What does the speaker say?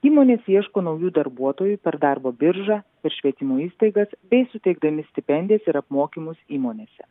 įmonės ieško naujų darbuotojų per darbo biržą ir švietimo įstaigas bei suteikdami stipendijas ir apmokymus įmonėse